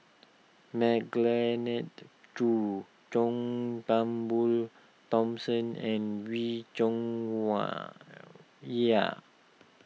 Khoo John Turnbull Thomson and Wee Cho Wa Yaw